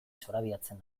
zorabiatzen